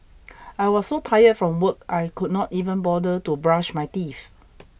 I was so tired from work I could not even bother to brush my teeth